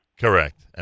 Correct